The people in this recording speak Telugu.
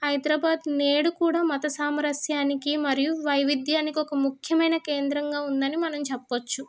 హైదరాబాదు నేడు కూడా మత సామరస్యానికి మరియు వైవిధ్యానికి ఒక ముఖ్యమైన కేంద్రంగా ఉందని మనం చెప్పొచ్చు